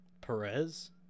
Perez